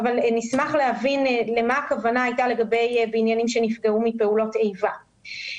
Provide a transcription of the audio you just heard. אבל אני אשמח להבין מה הכוונה הייתה בבניינים שנפגעו מפעולות איבה.